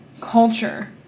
culture